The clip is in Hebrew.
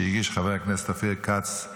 שהגיש חבר הכנסת אופיר כץ,